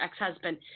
ex-husband